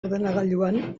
ordenagailuan